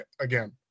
again